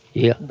yeah,